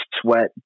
sweat